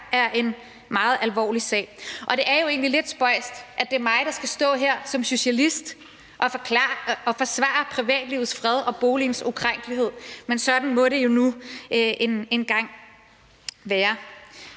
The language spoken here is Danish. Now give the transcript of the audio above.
er en meget alvorlig sag. Det er jo egentlig lidt spøjst, at det er mig, der skal stå her som socialist og forsvare privatlivets fred og boligens ukrænkelighed. Men sådan må det jo nu engang være.